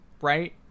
right